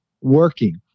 working